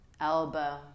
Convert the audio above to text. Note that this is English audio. elbow